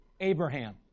Abraham